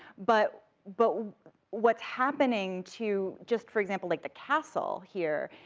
but, but what's happening to, just, for example, like the castle here,